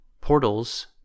portals